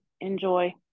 enjoy